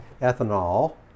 ethanol